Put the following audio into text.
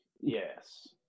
Yes